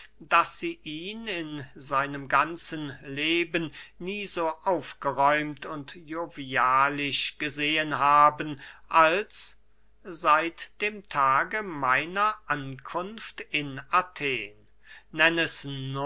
daß sie ihn in seinem ganzen leben nie so aufgeräumt und jovialisch gesehen haben als seit dem tage meiner ankunft in athen nenn es